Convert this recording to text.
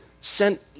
sent